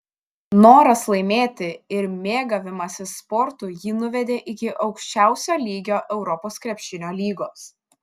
noras laimėti ir mėgavimasis sportu jį nuvedė iki aukščiausio lygio europos krepšinio lygos